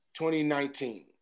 2019